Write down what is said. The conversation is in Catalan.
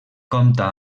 compta